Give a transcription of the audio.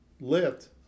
lit